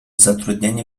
zatrudnieni